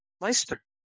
Meister